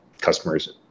customer's